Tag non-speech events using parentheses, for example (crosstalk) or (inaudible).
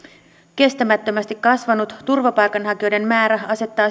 kestämättömästi kasvanut turvapaikanhakijoiden määrä asettaa (unintelligible)